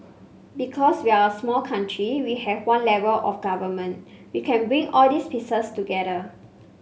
because we're a small country we have one level of government we can bring all these pieces together